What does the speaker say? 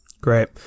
Great